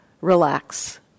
relax